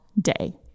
day